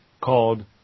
called